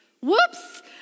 whoops